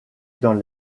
dans